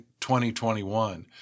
2021